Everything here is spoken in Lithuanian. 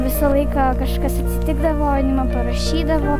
visą laiką kažkas atsitikdavo parašydavo